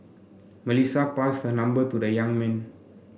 Melissa passed her number to the young man